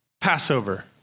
Passover